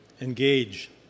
engage